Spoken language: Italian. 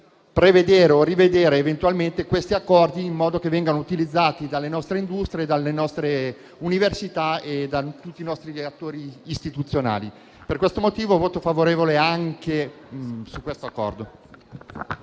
prevedere o rivedere eventualmente detti accordi in modo che vengano utilizzati dalle nostre industrie, dalle nostre università e da tutti i nostri attori istituzionali. Per tali ragioni esprimo un voto favorevole anche sul citato Accordo.